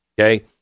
Okay